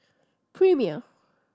Premier